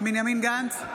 בנימין גנץ,